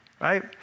right